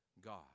God